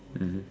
mmhmm